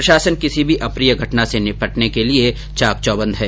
प्रशासन किसी भी अप्रिय घटना से निपटने के लिए चाक चौबंद है